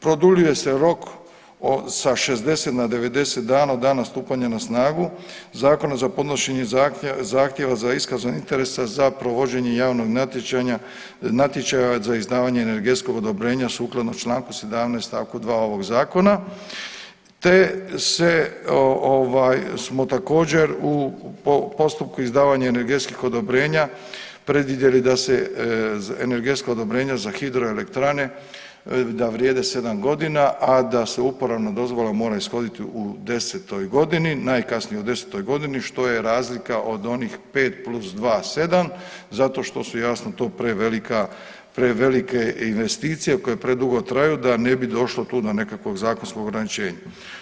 Produljuje se rok sa 60 na 90 dana od dana stupanja na snagu, zakon za podnošenje zahtjeva za iskazom interesa za provođenje javnog natječaja za izdavanje energetskog odobrenja sukladno čl. 17 st. 2 ovog Zakona te se, ovaj, smo također, u postupku izdavanja energetskih odobrenja predvidjeli da se energetsko odobrenje za hidroelektrane da vrijede 7 godina, a da se uporabna dozvola mora ishoditi u 10. godini, najkasnije u 10. g., što je razlika od onih 5+2, 7, zato što su jasno, to prevelike investicije koje predugo traju, da ne bi došlo tu do nekakvog zakonskog ograničenja.